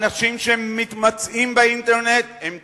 אנשים שמתמצאים באינטרנט הם טועים.